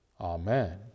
Amen